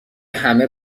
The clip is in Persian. همه